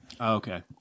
Okay